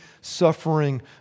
suffering